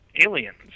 aliens